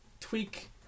tweak